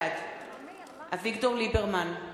בעד אביגדור ליברמן,